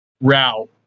route